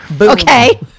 Okay